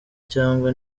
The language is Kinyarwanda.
cyangwa